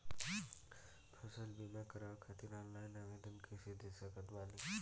फसल बीमा करवाए खातिर ऑनलाइन आवेदन कइसे दे सकत बानी?